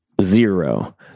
Zero